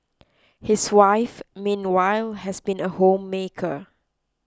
his wife meanwhile has been a homemaker